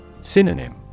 Synonym